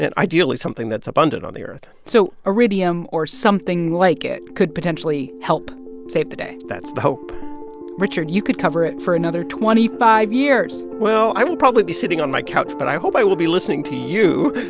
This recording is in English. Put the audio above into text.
ideally, something that's abundant on the earth so iridium or something like it could potentially help save the day? that's the hope richard, you could cover it for another twenty five years well, i will probably be sitting on my couch, but i hope i will be listening to you,